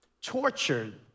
tortured